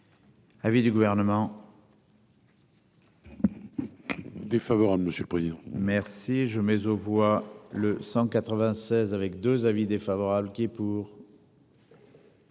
Avis du gouvernement. Défavorable. Monsieur le président. Merci je mais aux voix le 196 avec 2 avis défavorables qui est pour.